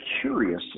curious